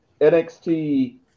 NXT